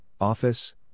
office